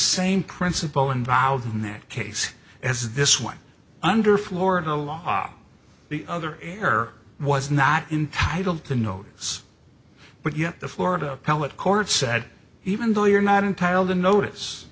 same principle involved in that case as this one under florida law the other air was not entitle to notice but yet the florida pellet court said even though you're not entitled to notice